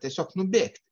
tiesiog nubėgti